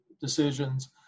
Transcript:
decisions